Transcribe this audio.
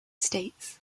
states